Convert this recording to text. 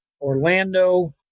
Orlando